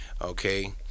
Okay